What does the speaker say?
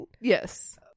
Yes